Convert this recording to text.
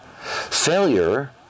Failure